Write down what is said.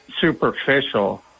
superficial